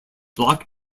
blocked